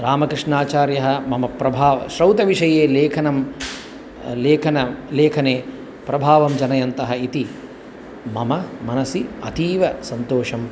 रामकृष्णाचार्यः मम प्रभावं श्रौतविषये लेखनं लेखन लेखने प्रभावं जनयन्तः इति मम मनसि अतीव सन्तोषम्